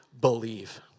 believe